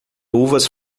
uvas